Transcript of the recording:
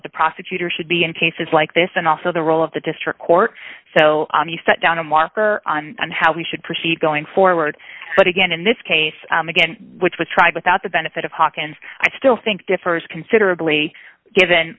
of the prosecutor should be in cases like this and also the role of the district court so you start down a marker on and how we should proceed going forward but again in this case again which was tried without the benefit of hawkins i still think differs considerably given